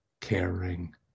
caring